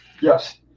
Yes